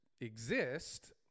exist